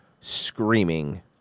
screaming